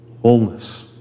wholeness